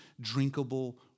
drinkable